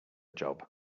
job